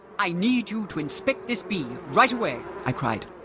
i need you to inspect this bee, right away! i cried.